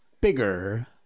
bigger